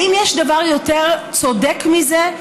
האם יש דבר יותר צודק מזה?